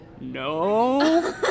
No